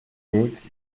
goods